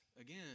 Again